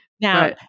Now